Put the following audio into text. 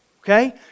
okay